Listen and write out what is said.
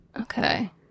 okay